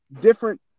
different